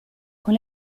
con